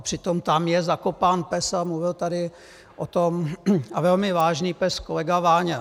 Přitom tam je zakopán pes, a mluvil tady o tom a velmi vážný pes kolega Váňa.